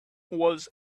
was